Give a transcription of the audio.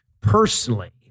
personally